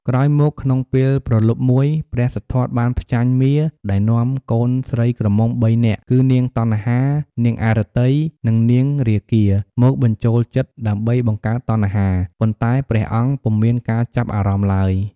ក្រោយមកក្នុងពេលព្រលប់មួយ ព្រះសិទ្ធត្ថបានផ្ចាញ់មារដែលនាំកូនស្រីក្រមុំ ៣ នាក់ គឺ នាងតណ្ហា នាងអរតី និងនាងរាគា មកបញ្ចូលចិត្តដើម្បីបង្កើតតណ្ហា ប៉ុន្តែព្រះអង្គពុំមានការចាប់អារម្មណ៍ឡើយ។